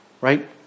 right